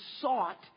sought